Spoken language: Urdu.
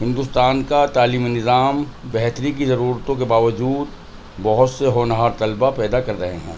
ہندوستان کا تعلیمی نظام بہتری کی ضرورتوں کے باوجود بہت سے ہونہار طلبا پیدا کر رہے ہیں